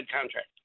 contract